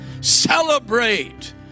Celebrate